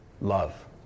Love